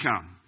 come